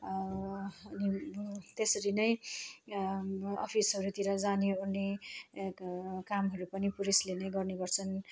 त्यसरी नै अफिसहरूतिर जानेओर्ने कामहरू पनि पुरुषले नै गर्ने गर्छन्